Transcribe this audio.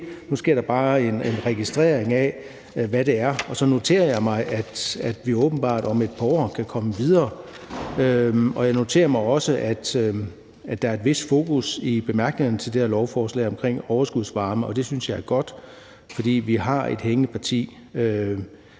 Nu sker der bare en registrering af, hvad det er, og så noterer jeg mig, at vi åbenbart om et par år kan komme videre. Jeg noterer mig også, at der er et vist fokus i bemærkningerne til det her lovforslag på overskudsvarme, og det synes jeg er godt, for vi har et hængeparti